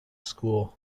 school